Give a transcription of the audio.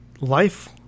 Life